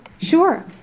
Sure